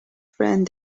friend